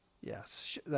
yes